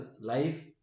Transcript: life